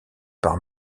par